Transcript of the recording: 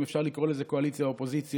אם אפשר לקרוא לזה קואליציה ואופוזיציה,